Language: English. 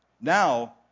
Now